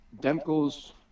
Demko's